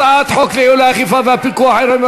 הצעת חוק לייעול האכיפה והפיקוח העירוניים